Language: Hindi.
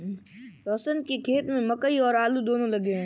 रोशन के खेत में मकई और आलू दोनो लगे हैं